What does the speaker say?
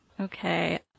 Okay